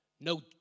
no